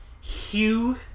Hugh